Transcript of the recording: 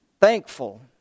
thankful